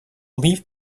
leave